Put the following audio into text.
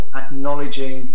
acknowledging